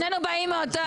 שנינו באים מאותו כפר.